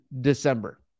December